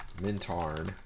Mintarn